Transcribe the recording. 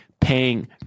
paying